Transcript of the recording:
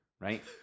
right